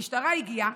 המשטרה הגיעה.